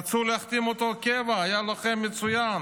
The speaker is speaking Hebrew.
רצו להחתים אותו קבע, היה לוחם מצוין,